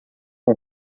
com